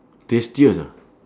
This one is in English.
tastiest ah